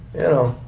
you know,